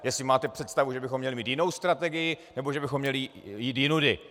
Jestli máte představu, že bychom měli mít jinou strategii nebo že bychom měli jít jinudy.